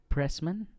Pressman